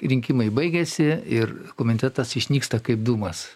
rinkimai baigiasi ir komitetas išnyksta kaip dūmas